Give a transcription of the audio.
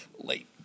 late